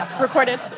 recorded